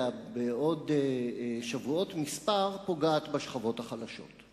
בעוד שבועות מספר פוגעת בשכבות החלשות,